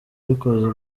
bikozwe